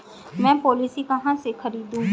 मैं पॉलिसी कहाँ से खरीदूं?